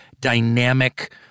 dynamic